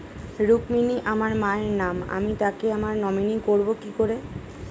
রুক্মিনী আমার মায়ের নাম আমি তাকে আমার নমিনি করবো কি করে?